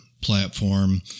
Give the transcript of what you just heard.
Platform